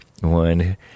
one